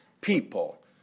people